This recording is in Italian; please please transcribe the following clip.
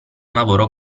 lavoro